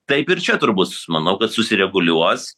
taip ir čia turbūt manau kad susireguliuos